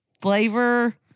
flavor